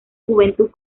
juventud